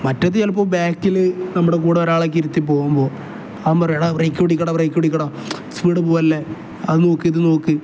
മറ്റേത് ചിലപ്പോൾ ബാക്കിൽ നമ്മുടെ കൂടെ ഒരാൾ ഒക്കെ ഇരുത്തി പോകുമ്പോൾ അവൻ പറയുക എടാ ബ്രേക്ക് പിടിക്ക് എടാ ബ്രേക്ക് പിടിക്ക് എടാ സ്പീഡ പോകല്ലേ അത് നോക്ക് ഇത് നോക്ക്